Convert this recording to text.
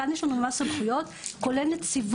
כאן יש לנו ממש סמכויות כולל נציבות,